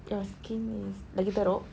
your skin is lagi teruk